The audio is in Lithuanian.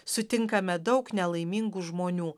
sutinkame daug nelaimingų žmonių